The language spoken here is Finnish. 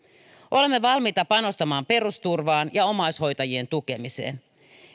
olemme valmiita panostamaan perusturvaan ja omaishoitajien tukemiseen